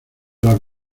las